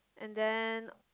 and then